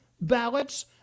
ballots